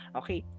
okay